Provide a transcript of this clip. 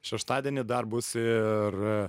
šeštadienį dar bus ir